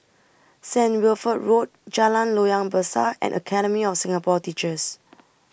Saint Wilfred Road Jalan Loyang Besar and Academy of Singapore Teachers